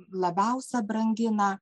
labiausia brangina